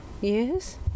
Yes